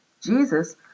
Jesus